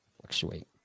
Fluctuate